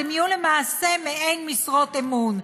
הם יהיו למעשה מעין משרות אמון.